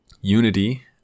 unity